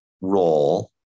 role